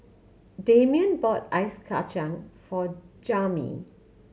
Damion bought ice kacang for Jammie